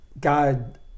God